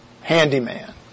handyman